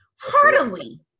heartily